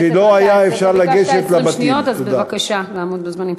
אתה ביקשת 20 שניות, אז בבקשה לעמוד בזמנים.